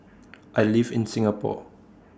I live in Singapore